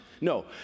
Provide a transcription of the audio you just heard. No